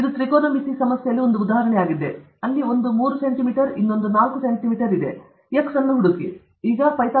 ಇದು ತ್ರಿಕೋನಮಿತಿ ಸಮಸ್ಯೆಯಲ್ಲಿ ಒಂದು ಉದಾಹರಣೆಯಾಗಿದೆ ಅಲ್ಲಿ ಇದು 3 ಸೆಂಟಿಮೀಟರ್ಗಳು ಇದು 4 ಸೆಂಟಿಮೀಟರ್ ಆಗಿದೆ